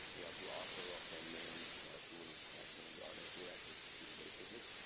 we have the author of the main tool right here in the audience with us. we should feel very privileged.